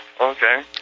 Okay